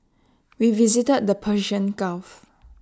we visited the Persian gulf